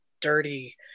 dirty